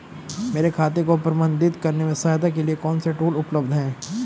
मेरे खाते को प्रबंधित करने में सहायता के लिए कौन से टूल उपलब्ध हैं?